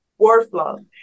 workflow